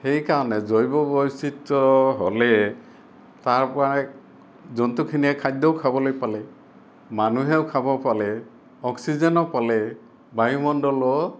সেই কাৰণে জৈৱ বৈচিত্ৰ হ'লে তাৰ পৰাই জন্তুখিনিয়ে খাদ্যও খাবলে পালে মানুহেও খাব পালে অক্সিজেনো পালে বায়ুমণ্ডলো